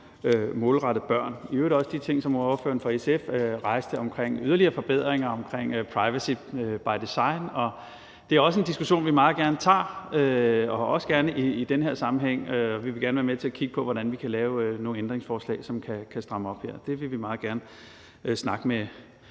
målrettet børn og i øvrigt også de ting, som ordføreren for SF nævnte, om yderligere forbedringer omkring privacy by design. Det er også en diskussion, vi meget gerne tager, også gerne i den her sammenhæng. Vi vil gerne være med til at kigge på, hvordan vi kan lave nogle ændringsforslag, som kan stramme op her – det vil vi meget gerne snakke med